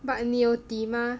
but 你有低吗